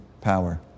power